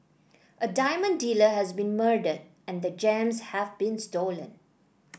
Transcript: a diamond dealer has been murdered and the gems have been stolen